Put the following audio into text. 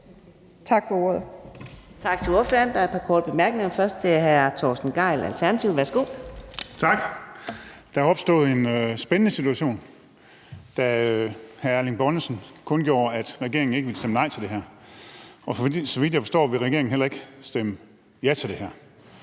Tak for ordet.